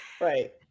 Right